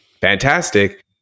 fantastic